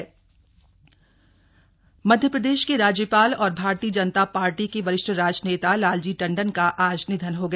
लालजी टंडन निधन मध्य प्रदेश के राज्यपाल और भारतीय जनता पार्टी के वरिष्ठ राजनेता लालजी टण्डन का आज निधन हो गया